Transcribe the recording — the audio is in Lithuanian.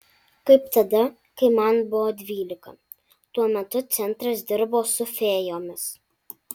kaip tada kai man buvo dvylika tuo metu centras dirbo su fėjomis